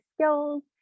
skills